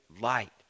light